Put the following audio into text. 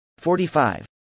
45